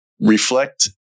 Reflect